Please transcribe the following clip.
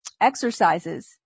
exercises